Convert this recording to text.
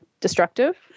destructive